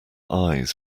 eyes